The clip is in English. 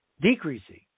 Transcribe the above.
Decreasing